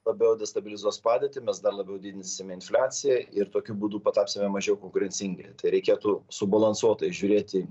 labiau destabilizuos padėtį mes dar labiau didinsim infliaciją ir tokiu būdu patapsime mažiau konkurencingi tai reikėtų subalansuotai žiūrėti